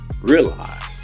realize